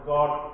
God